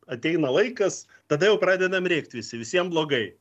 ateina laikas tada jau pradedam rėkt visi visiem blogai